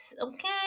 okay